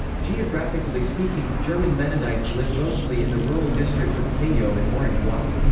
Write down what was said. geographically speaking, german mennonites live mostly in the rural districts of cayo and orange walk.